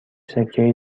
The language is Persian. سکه